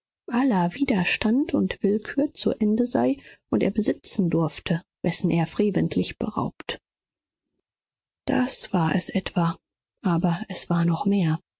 aller widerstand und willkür zu ende sei und er besitzen durfte wessen er freventlich beraubt das war es etwa aber es war noch mehr